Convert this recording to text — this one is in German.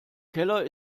keller